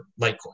Litecoin